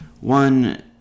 One